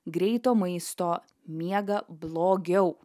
greito maisto miega blogiau